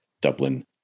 Dublin